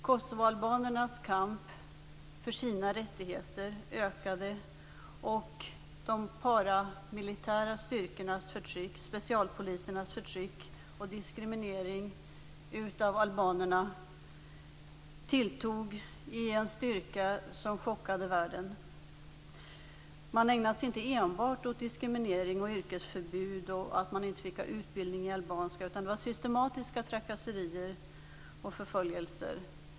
Kosovoalbanernas kamp för sina rättigheter ökade, och de paramilitära styrkornas, specialpolisernas, förtryck och diskriminering av albanerna tilltog i en styrka som chockade världen. Man ägnade sig inte enbart åt diskriminering och yrkesförbud - det gällde förbud mot utbildning i albanska. Det var systematiska trakasserier och förföljelser.